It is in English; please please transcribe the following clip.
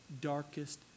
darkest